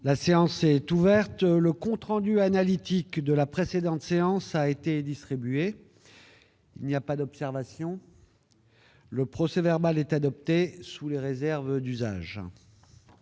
La séance est ouverte, le compte rendu analytique de la précédente séance a été distribué. Il n'y a pas d'observation, le procès verbal est adoptée sous les réserves d'usage.